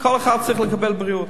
כל אחד צריך לקבל בריאות.